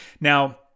Now